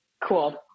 Cool